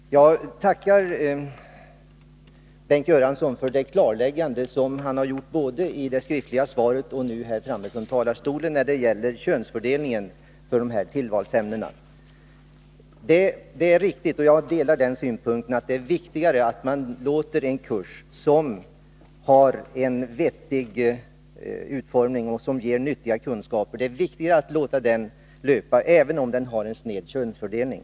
Fru talman! Jag tackar Bengt Göransson för de klarlägganden som han gjort både i det skriftliga svaret och nu i sitt anförande när det gäller könsfördelningen för dessa tillvalsämnen. Jag delar uppfattningen att det är viktigt att man låter en kurs löpa, som har en vettig utformning och som ger nyttiga kunskaper, även om den får en sned könsfördelning.